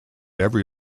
every